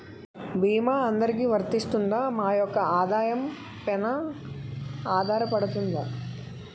భీమా అందరికీ వరిస్తుందా? మా యెక్క ఆదాయం పెన ఆధారపడుతుందా?